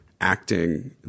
acting